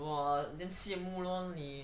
!wah! damn 羡慕 lor 你